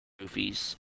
movies